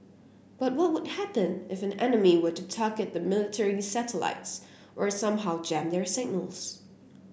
but what would happen if an enemy were to target the military's satellites or somehow jam their signals